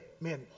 man